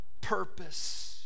purpose